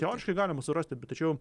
teoriškai galima surasti tačiau